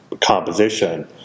composition